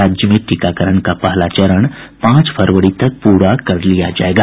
राज्य में टीकाकरण का पहला चरण पांच फरवरी तक पूरा कर लिया जायेगा